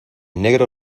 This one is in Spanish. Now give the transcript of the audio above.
negro